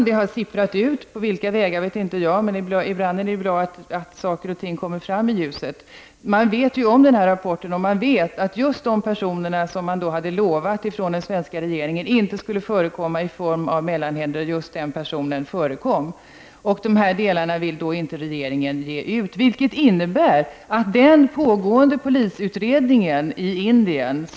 Det har sipprat ut, jag vet inte på vilka vägar, men ibland är det bra att saker och ting kommer fram i ljuset. Man känner i Indien till den här rapporten, och när det gäller de personer som den svenska regeringen lovade inte skulle förekomma som mellanhänder, vet man att just en sådan person förekom i sammanhanget. Dessa delar av utredningen vill regeringen inte lämna ut. Det pågår nu en polisutredning i Indien.